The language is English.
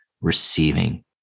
receiving